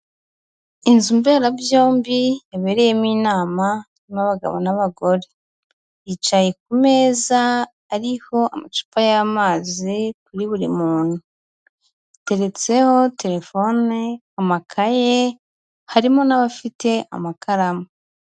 Inzu mberabyombi yabereyemo inama, irimo abagabo n'abagore, bicaye ku meza ariho amacupa y'amazi kuri buri muntu. Hateretseho terefone, amakaye, harimo n'abafite amakaramu.